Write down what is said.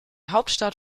hauptstadt